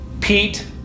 Pete